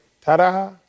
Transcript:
ta-da